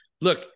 look